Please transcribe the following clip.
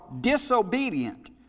disobedient